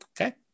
Okay